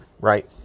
right